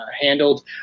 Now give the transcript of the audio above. handled